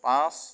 পাঁচ